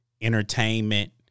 entertainment